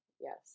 Yes